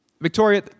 Victoria